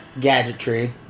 gadgetry